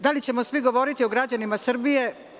Da li ćemo svi govoriti o građanima Srbije.